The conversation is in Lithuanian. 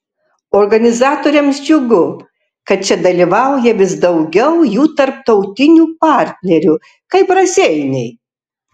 organizatoriams džiugu kad čia dalyvauja vis daugiau jų tarptautinių partnerių kaip raseiniai